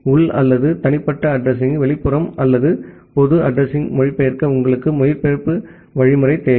உள் அல்லது தனிப்பட்ட அட்ரஸிங்யை வெளிப்புறம் அல்லது பொது அட்ரஸிங்க்கு மொழிபெயர்க்க உங்களுக்கு மொழிபெயர்ப்பு வழிமுறை தேவை